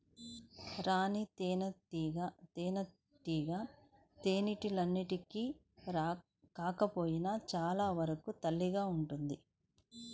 రాణి తేనెటీగ తేనెటీగలన్నింటికి కాకపోయినా చాలా వరకు తల్లిగా ఉంటుంది